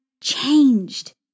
changed